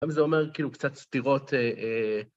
גם אם זה אומר, כאילו, קצת סתירות.